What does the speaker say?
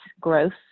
growth